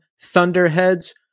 Thunderheads